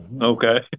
Okay